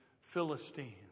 Philistine